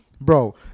bro